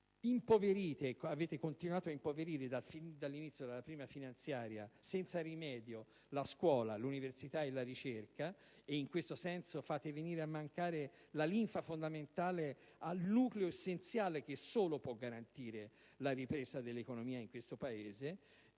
Avete continuato ad impoverire fin dall'inizio della prima finanziaria e senza rimedio la scuola, l'università e la ricerca. In questo modo fate venire a mancare la linfa fondamentale al nucleo essenziale che solo può garantire la ripresa dell'economia in questo Paese.